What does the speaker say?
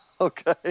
Okay